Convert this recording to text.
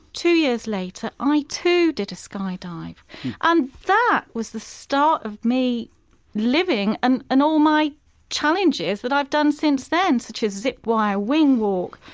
two years later i too did a sky dive and that was the start of me living and and all my challenges that i've done since then, such as zip wire, wing walk,